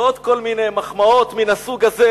ועוד כל מיני מחמאות מן הסוג הזה,